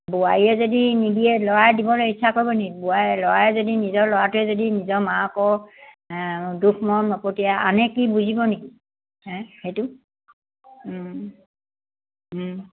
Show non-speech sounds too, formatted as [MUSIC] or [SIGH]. বোৱাৰীয়ে যদি নিদিয়ে ল'ৰাই দিবলৈ ইচ্ছা কৰিব নি [UNINTELLIGIBLE] ল'ৰাই যদি নিজৰ ল'ৰাটোৱে যদি নিজৰ মাকৌ দুখ মৰম নপতীয়াই আনে কি বুজিব নেকি হে সেইটো